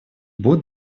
будет